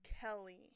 Kelly